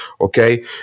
Okay